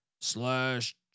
Slash